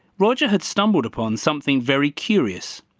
roger had stumbled upon something very curious.